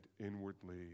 inwardly